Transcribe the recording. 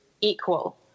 equal